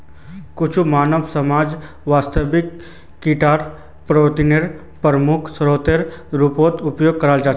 कुछु मानव समाज वास्तवत कीडाक प्रोटीनेर प्रमुख स्रोतेर रूपत उपयोग करछे